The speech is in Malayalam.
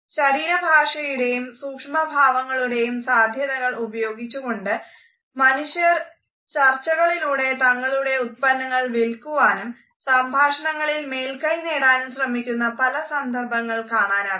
ശരീര ഭാഷയുടെയും സൂക്ഷ്മഭാവങ്ങളുടെയും സാധ്യതകൾ ഉപയോഗിച്ചുകൊണ്ട് മൂന്നു മനുഷ്യർ ചർച്ചകളിലൂടെ തങ്ങളുടെ ഉത്പന്നങ്ങൾ വിൽക്കുവാനും സംഭാഷണങ്ങളിൽ മേൽക്കൈ നേടാനും ശ്രമിക്കുന്ന പല സന്ദർഭങ്ങൾ കാണാനാകും